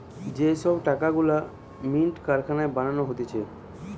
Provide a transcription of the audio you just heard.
যে সব টাকা গুলা মিন্ট কারখানায় বানানো হতিছে